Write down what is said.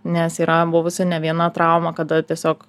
nes yra buvusi ne viena trauma kada tiesiog